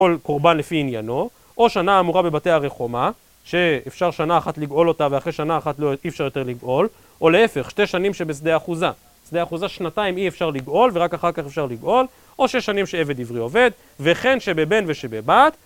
גאול קורבן לפי עניינו. או "שנה האמורה בבתי ערי חומה", שאפשר שנה אחת לגאול אותה ואחרי שנה אחת אי אפשר יותר לגאול. או להפך, "שתי שנים שבשדה אחוזה", שדה אחוזה שנתיים אי אפשר לגאול ורק אחר כך אפשר לגאול. או "שש שנים שבעבד עברי" עובד "וכן שבבן ושבבת".